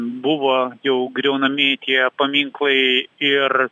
buvo jau griaunami tie paminklai ir